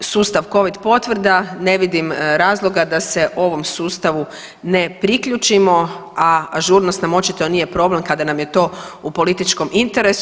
sustav Covid potvrda ne vidim razloga da se ovom sustavu ne priključimo, a ažurnost nam očito nije problem kada nam je to u političkom interesu.